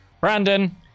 Brandon